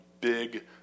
big